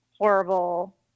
horrible